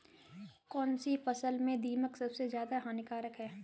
कौनसी फसल में दीमक सबसे ज्यादा हानिकारक है?